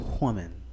woman